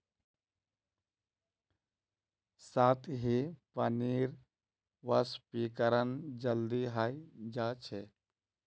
सतही पानीर वाष्पीकरण जल्दी हय जा छे